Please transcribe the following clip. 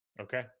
okay